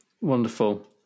Wonderful